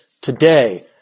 today